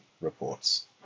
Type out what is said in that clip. reports